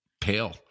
pale